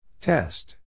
Test